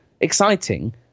exciting